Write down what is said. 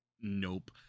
nope